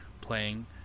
playing